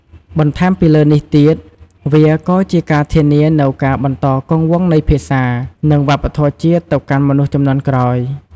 បន្ថែមពីលើនេះទៀត វាក៏ជាការធានានូវការបន្តគង់វង្សនៃភាសា និងវប្បធម៌ជាតិទៅកាន់មនុស្សជំនាន់ក្រោយ។